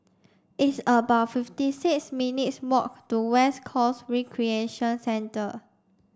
it's about fifty six minutes' walk to West Coast Recreation Centre